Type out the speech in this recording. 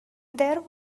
there